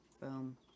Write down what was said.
Boom